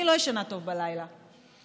אני לא ישנה טוב בלילה עכשיו,